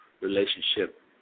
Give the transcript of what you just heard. Relationship